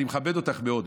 אני מכבד אותך מאוד,